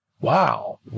Wow